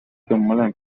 دنبالم